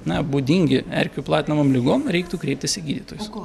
na būdingi erkių platinamom ligom reiktų kreiptis į gydytojus